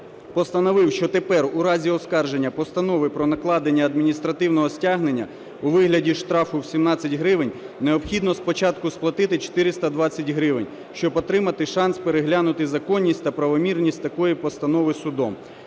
постановив, що тепер у разі оскарження Постанови про накладення адміністративного стягнення у вигляді штрафу в 17 гривень необхідно спочатку сплатити 420 гривень, щоб отримати шанс переглянути законність та правомірність такої постанови судом.